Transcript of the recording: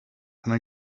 and